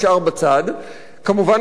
כמובן, המשרד להגנת הסביבה.